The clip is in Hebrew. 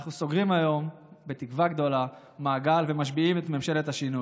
אנחנו סוגרים מעגל היום בתקווה גדולה ומשביעים את ממשלת השינוי,